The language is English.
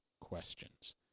questions